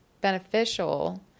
beneficial